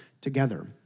together